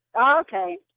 Okay